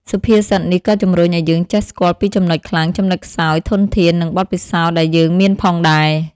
សុភាសិតនេះក៏ជំរុញឲ្យយើងចេះស្គាល់ពីចំណុចខ្លាំង ចំណុចខ្សោយ ធនធាន និងបទពិសោធន៍ដែលយើងមានផងដែរ។